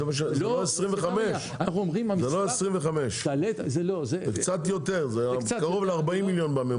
זה לא 25, זה קרוב ל-40 מיליון.